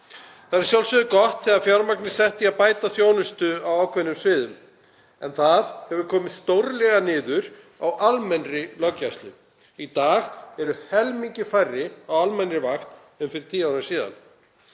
Það er að sjálfsögðu gott þegar fjármagn er sett í að bæta þjónustu á ákveðnum sviðum en það hefur komið stórlega niður á almennri löggæslu. Í dag eru helmingi færri á almennri vakt en fyrir tíu árum síðan.